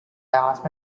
asked